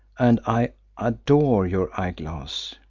and i adore your eyeglass.